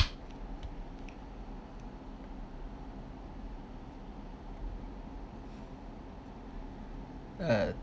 uh